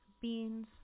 beans